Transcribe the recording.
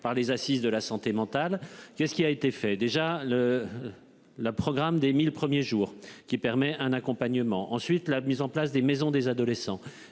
par les Assises de la santé mentale, qu'est-ce qui a été fait déjà le. Le programme des 1000 premiers jours qui permet un accompagnement ensuite la mise en place des maisons des adolescents